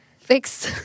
fix